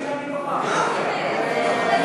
לשנת התקציב 2016,